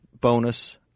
bonus